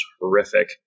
horrific